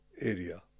Area